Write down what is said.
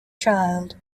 child